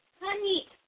honey